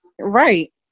Right